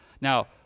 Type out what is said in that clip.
Now